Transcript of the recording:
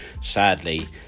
Sadly